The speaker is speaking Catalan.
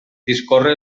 discorre